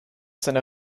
seine